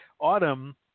autumn